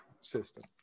system